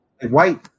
White